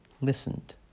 listened